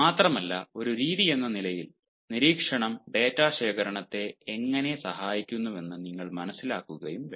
മാത്രമല്ല ഒരു രീതിയെന്ന നിലയിൽ നിരീക്ഷണം ഡാറ്റാ ശേഖരണത്തെ എങ്ങനെ സഹായിക്കുമെന്ന് നിങ്ങൾ മനസ്സിലാക്കുകയും വേണം